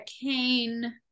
cane